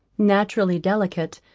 naturally delicate,